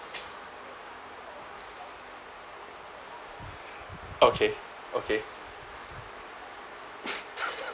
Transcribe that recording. okay okay